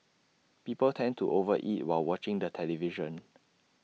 people tend to over eat while watching the television